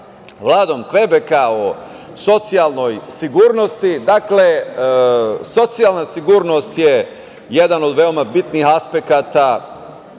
Vladom Kvebeka o socijalnoj sigurnosti, dakle, socijalna sigurnost je jedan od veoma bitnih aspekata